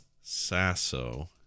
Sasso